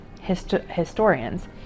historians